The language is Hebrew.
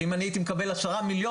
שאם אני הייתי מקבל 10 מיליון,